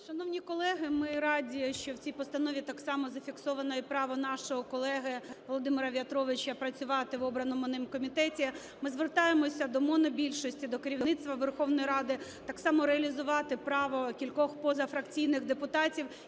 Шановні колеги, ми раді, що в цій постанові так само зафіксовано і право нашого колеги Володимира В'ятровича працювати в обраному ним комітеті. Ми звертаємося до монобільшості, до керівництва Верховної Ради так само реалізувати право кількох позафракційних депутатів,